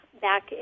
back